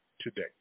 today